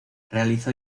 realizó